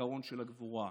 זיכרון של הגבורה.